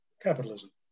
capitalism